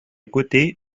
côté